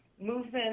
movement